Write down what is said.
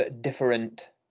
different